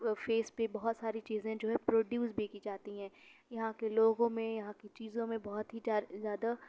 face بھی بہت ساری چیزیں جو ہے پروڈیوس بھی کی جاتی ہیں یہاں کے لوگوں میں یہاں کے چیزوں میں بہت ہی زیاد زیادہ